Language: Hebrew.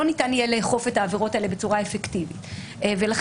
לא ניתן יהיה לאכוף את העבירות האלה בצורה אפקטיבית ולכן